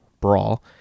brawl